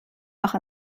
noch